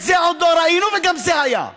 את זה עוד לא ראינו, וגם זה היה.